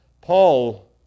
Paul